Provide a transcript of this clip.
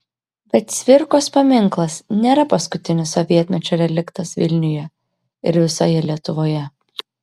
bet cvirkos paminklas nėra paskutinis sovietmečio reliktas vilniuje ir visoje lietuvoje